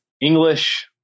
English